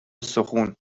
استخون